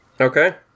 Okay